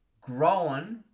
growing